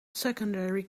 secondary